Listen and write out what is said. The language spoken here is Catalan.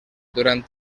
durant